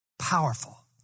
Powerful